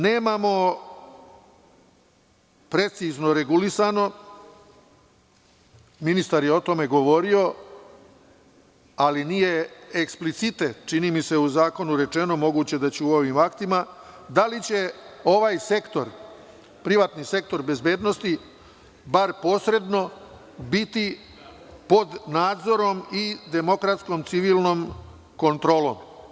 Nemamo precizno regulisano, ministar je o tome govorio, ali nije eksplicitno čini me se u zakonu rečeno, moguće je da će u ovim aktima, da li će ovaj sektor, privatni sektor bezbednosti bar posredno biti pod nadzorom i demokratskom civilnom kontrolom.